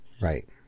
Right